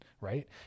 right